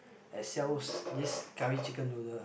that sells this currry chicken noodle